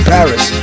Paris